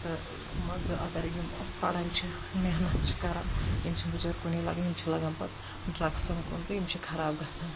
تہٕ مان ژٕ اگر یِم پَران چھِ محنَت چھِ کَرَان یِم چھِ بِچٲرۍ کُنے لَگَان یِم چھِ لگان پَتہٕ ڈرگسَن کُن تہٕ یِم چھِ خراب گژھَان